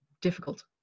difficult